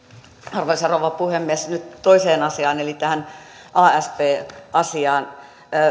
arvoisa rouva puhemies nyt toiseen asiaan eli tähän asp asiaan